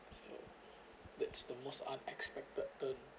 so that's the most unexpected turn